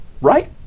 Right